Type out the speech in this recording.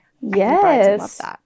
Yes